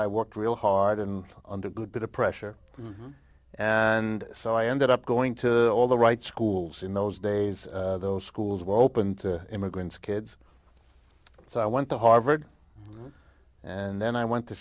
i worked real hard and under a good bit of pressure and so i ended up going to all the right schools in those days those schools were open to immigrants kids so i went to harvard and then i went to